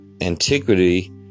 antiquity